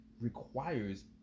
requires